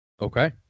Okay